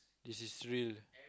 this is real